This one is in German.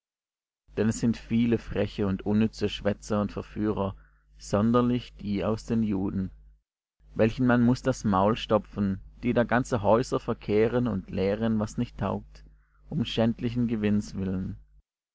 denn es sind viel freche und unnütze schwätzer und verführer sonderlich die aus den juden welchen man muß das maul stopfen die da ganze häuser verkehren und lehren was nicht taugt um schändlichen gewinns willen